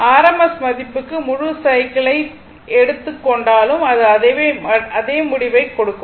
R m s மதிப்புக்கு முழு cycle ஐ எடுத்துக் கொண்டாலும் அது அதே முடிவை கொடுக்கும்